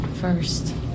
first